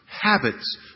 habits